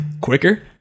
Quicker